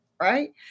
right